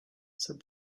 set